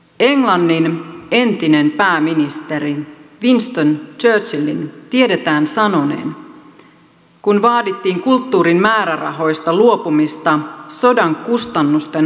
englannin entisen pääministeri winston churchillin tiedetään sanoneen kun vaadittiin kulttuurin määrärahoista luopumista sodan kustannusten maksamiseksi